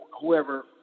whoever